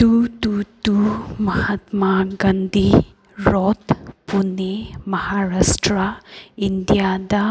two ꯇꯨ ꯇꯨ Mahatma Gandhi road Pune Maharashtra ꯏꯟꯗꯤꯌꯥꯗ